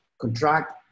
contract